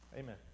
Amen